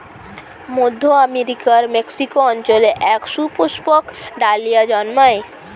মধ্য আমেরিকার মেক্সিকো অঞ্চলে এক সুপুষ্পক ডালিয়া জন্মায়